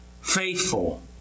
faithful